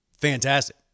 fantastic